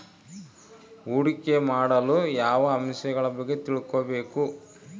ಹೂಡಿಕೆ ಮಾಡಲು ಯಾವ ಅಂಶಗಳ ಬಗ್ಗೆ ತಿಳ್ಕೊಬೇಕು?